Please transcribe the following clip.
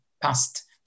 past